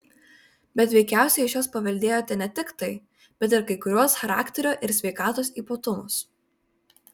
bet veikiausiai iš jos paveldėjote ne tik tai bet ir kai kuriuos charakterio ir sveikatos ypatumus